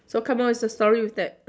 so come up with a story with that